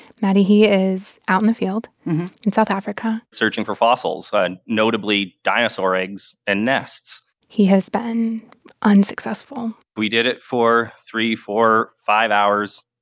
maddie, he is out in the field in south africa searching for fossils and notably, dinosaur eggs and nests he has been unsuccessful we did it for three, four, five hours.